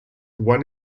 one